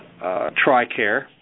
TRICARE